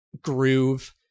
groove